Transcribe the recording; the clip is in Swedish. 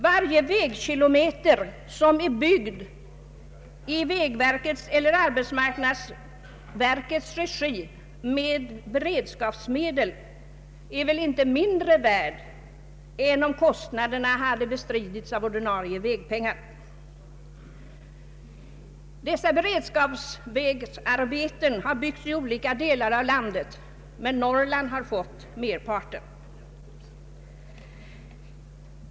Varje vägkilometer som byggts i vägverkets eller arbetsmarknadsverkets regi med beredskapsmedel är väl inte mindre värd än om kostnaderna hade bestridits av ordinarie vägpengar? Beredskapsvägarbetena har utförts i olika delar av landet, men Norrland har fått merparten.